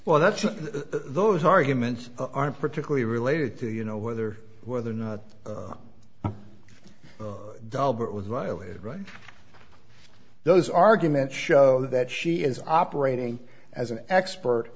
well that's the those arguments are particularly related to you know whether whether or not delbert was violated right those arguments show that she is operating as an expert